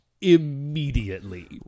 immediately